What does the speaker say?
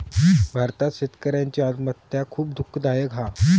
भारतात शेतकऱ्यांची आत्महत्या खुप दुःखदायक हा